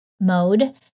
mode